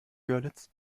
görlitz